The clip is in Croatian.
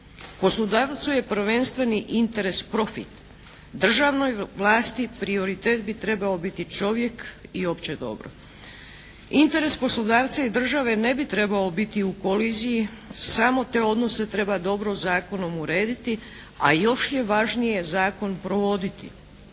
Poslodavcu je prvenstveni interes profit. Državnoj vlasti prioritet bi trebao biti čovjek i opće dobro. Interes poslodavca i države ne bi trebao biti u koliziji. Samo te odnose treba dobro zakonom urediti, a još je važnije zakon provoditi.